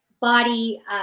body